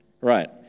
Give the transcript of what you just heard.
Right